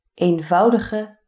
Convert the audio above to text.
eenvoudige